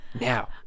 Now